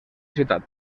ciutat